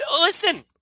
listen